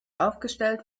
aufgestellt